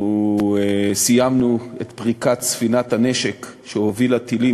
אנחנו סיימנו את פריקת ספינת הנשק שהובילה טילים